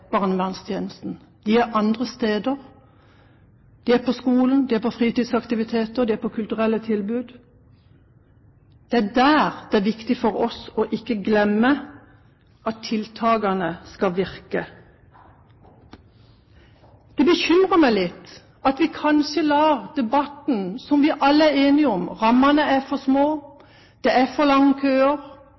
barnevernstjenesten. De er andre steder. De er på skolen, de er på fritidsaktiviteter, de er på kulturelle tilbud. Det er viktig for oss ikke å glemme at det er der tiltakene skal virke. Det bekymrer meg litt at vi kanskje lar det i debatten som vi alle er enige om – at rammene er for små, det er for lange køer,